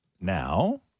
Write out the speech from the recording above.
now